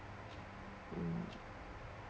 mm